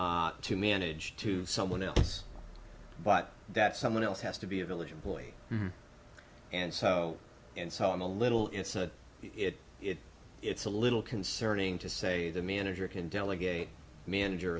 to manage to someone else but that someone else has to be a village employee and so and so i'm a little it's a it it's a little concerning to say the manager can delegate manager